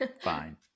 Fine